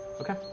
Okay